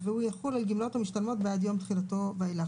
והם יחולו על גמלאות המשתלמות בעד יום תחילתו ואילך,